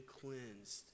cleansed